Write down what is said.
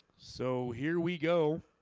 so here we go